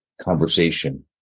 conversation